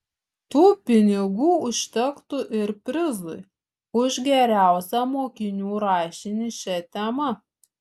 tų pinigų užtektų ir prizui už geriausią mokinių rašinį šia tema